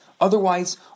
Otherwise